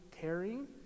caring